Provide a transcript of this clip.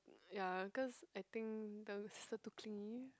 ya cause I think the sister too clingy